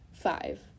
Five